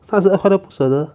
三十二块都不舍得